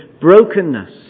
brokenness